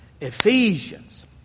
Ephesians